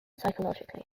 psychologically